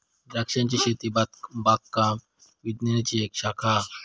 द्रांक्षांची शेती बागकाम विज्ञानाची एक शाखा हा